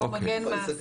כמו מגן מס.